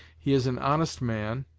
he is an honest man,